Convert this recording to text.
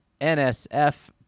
nsf